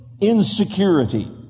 insecurity